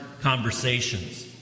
conversations